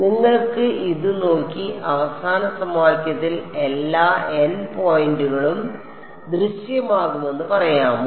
നിങ്ങൾക്ക് ഇത് നോക്കി അവസാന സമവാക്യത്തിൽ എല്ലാ n പോയിന്റുകളും ദൃശ്യമാകുമെന്ന് പറയാമോ